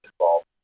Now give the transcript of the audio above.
involved